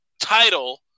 title